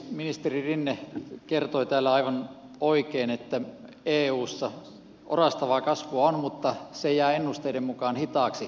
ministeri rinne kertoi täällä aivan oikein että eussa on orastavaa kasvua mutta se jää ennusteiden mukaan hitaaksi